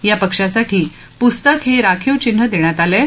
या पक्षासाठी पुस्तक हे राखीव चिन्ह देण्यात आलं आहे